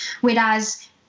Whereas